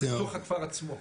בתוך הכפר עצמו.